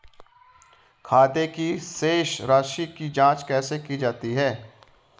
खाते की शेष राशी की जांच कैसे की जाती है?